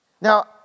now